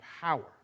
power